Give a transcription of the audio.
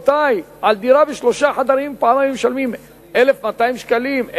על דירה של שלושה חדרים פעם היו משלמים 1,200 שקלים,